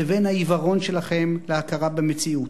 לבין העיוורון שלכם להכרה במציאות.